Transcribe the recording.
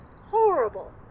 horrible